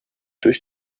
durch